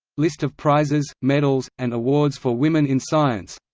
list of prizes, medals, and awards for women in science